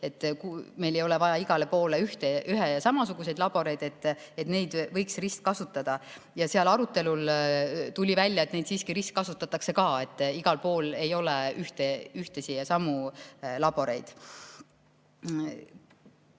– meil ei ole vaja igale poole ühesuguseid laboreid, neid võiks ristkasutada. Arutelul tuli välja, et neid siiski ristkasutatakse ka, igal pool ei ole ühtesid ja samu laboreid.